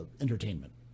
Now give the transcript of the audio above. entertainment